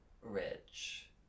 rich